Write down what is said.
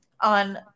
on